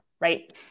right